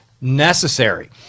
necessary